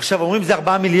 עכשיו אומרים שזה 4 מיליארד,